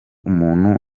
umuntu